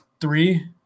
three